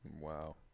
Wow